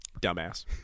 Dumbass